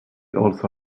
also